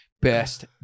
best